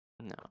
No